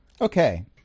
Okay